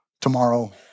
tomorrow